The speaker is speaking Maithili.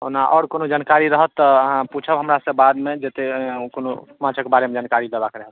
ओना आओर कोनो जानकारी रहत तऽ अहाँ पूछब हमरासँ बादमे जतय कोनो माछक बारेमे जानकारी लेबाक रहय तऽ